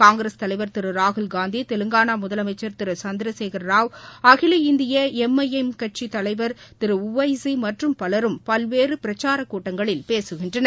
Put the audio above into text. காங்கிரஸ் தலைவர் திரு ராகுல்காந்தி தெலங்கானா முதலமைச்சா் இந்திய எம் ஐ எம் கட்சி தலைவர் திரு உவைசி மற்றும் பலரும் பல்வேறு பிரச்சார கூட்டங்களில் பேசுகின்றனர்